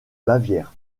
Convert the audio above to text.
bavière